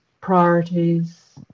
priorities